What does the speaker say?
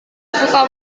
suka